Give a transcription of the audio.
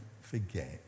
forget